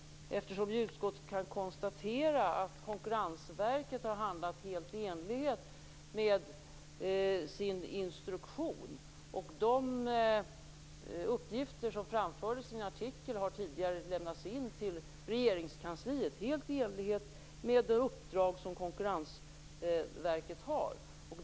Utskottet kan ju konstatera att Konkurrensverket har handlat helt i enlighet med sin instruktion. De uppgifter som framfördes i en artikel hade tidigare lämnats in till Regeringskansliet, helt i enlighet med det uppdrag som Konkurrensverket har.